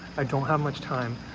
i don't have much time.